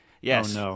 Yes